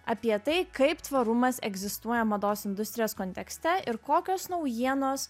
apie tai kaip tvarumas egzistuoja mados industrijos kontekste ir kokios naujienos